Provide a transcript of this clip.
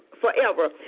forever